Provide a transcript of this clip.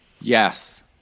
Yes